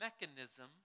mechanism